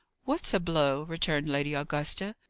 what's a blow? returned lady augusta.